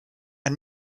and